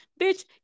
bitch